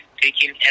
taking